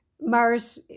Mars